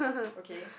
okay